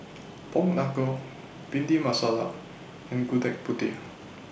Pork Knuckle Bhindi Masala and Gudeg Putih